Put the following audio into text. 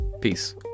peace